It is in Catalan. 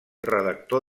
redactor